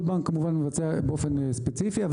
כל בנק כמובן מבצע באופן ספציפי אבל